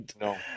No